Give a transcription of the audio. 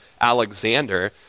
Alexander